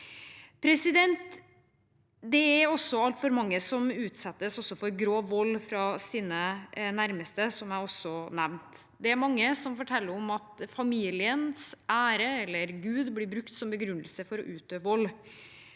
legning. Det er altfor mange som utsettes for grov vold fra sine nærmeste, som jeg også nevnte. Det er mange som forteller om at familiens ære eller Gud blir brukt som begrunnelse for å utøve vold.